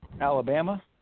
Alabama